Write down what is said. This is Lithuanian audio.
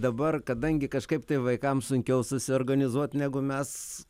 dabar kadangi kažkaip tai vaikams sunkiau susiorganizuot negu mes